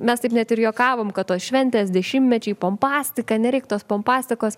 mes taip net ir juokavom kad tos šventės dešimtmečiai pompastika nereik tos pompastikos